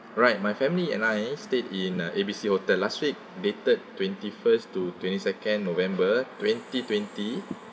right my family and I stayed in uh A_B_C hotel last week dated twenty first to twenty second november twenty twenty